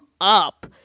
up